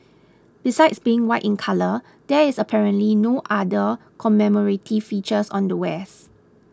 besides being white in colour there is apparently no other commemorative features on the wares